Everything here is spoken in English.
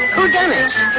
who-done-its.